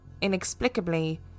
inexplicably